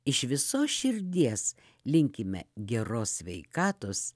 iš visos širdies linkime geros sveikatos